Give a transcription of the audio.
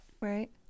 right